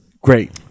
great